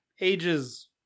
ages